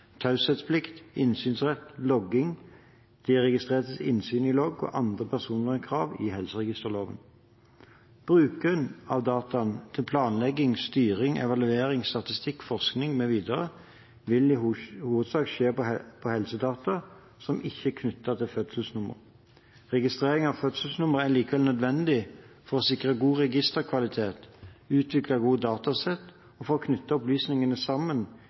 taushetsplikt, innsynsrett, logging, de registrertes innsyn i logg og andre personvernkrav i helseregisterloven. Bruken av dataene til planlegging, styring, evaluering, statistikk, forskning mv. vil i hovedsak skje på helsedata som ikke er knyttet til fødselsnummer. Registrering av fødselsnummer er likevel nødvendig for å sikre god registerkvalitet, utvikle gode datasett og for å knytte opplysningenes sammen